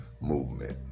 Movement